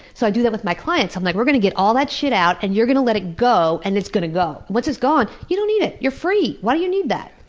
so i do that with my clients. i'm like, we're going to get all that shit out and you're going to let it go, and it's going to go. once it's gone, you don't need it. you're free! why do you need that?